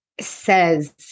says